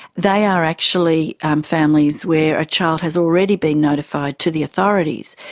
they are actually um families where a child has already been notified to the authorities,